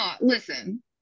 listen